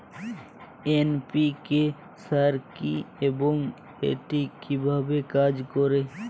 NPK সার কি এবং এটি কিভাবে কাজ করে?